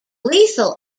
lethal